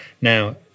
now